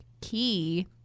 key